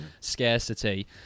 scarcity